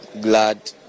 glad